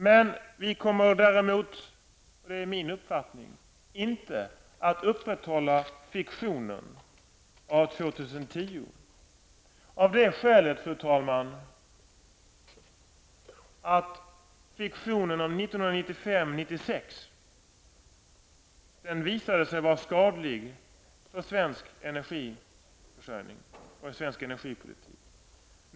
Men vi moderater kommer däremot, och det är min uppfattning, inte att upprätthålla fiktionen av 2010. Det är av det skälet, fru talman, att fiktionen om 1995/96 visade sig vara skadlig för svensk energiförsörjning och svensk energipolitik.